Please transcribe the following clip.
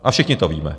A všichni to víme.